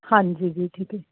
ਹਾਂਜੀ ਜੀ ਠੀਕ ਹੈ